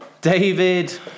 David